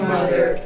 Mother